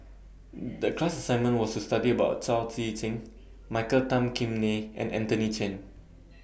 The class assignment was to study about Chao Tzee Cheng Michael Tan Kim Nei and Anthony Chen